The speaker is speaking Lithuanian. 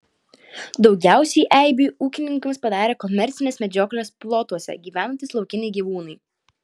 daugiausiai eibių ūkininkams padarė komercinės medžioklės plotuose gyvenantys laukiniai gyvūnai